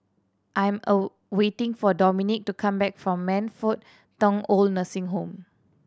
I'm a waiting for Dominick to come back from Man Fut Tong OId Nursing Home